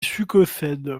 succède